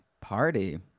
Party